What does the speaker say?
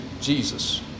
Jesus